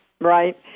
right